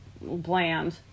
bland